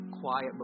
quiet